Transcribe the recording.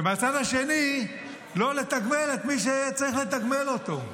ומהצד השני, לא לתגמל את מי זה שצריך לתגמל אותו.